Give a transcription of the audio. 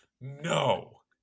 no